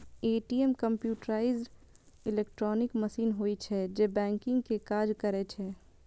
ATM computerised electronic machine होइ छै, जे बैंकिंग के काज करै छै